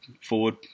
forward